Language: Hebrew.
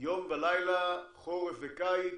יום ולילה, חורף וקיץ,